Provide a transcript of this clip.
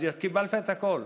אז קיבלת את הכול.